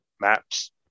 maps